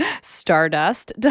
stardust